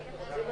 רק כי שאלו